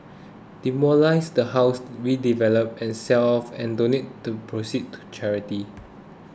demolish the house we develop and sell off and donate the proceeds to charity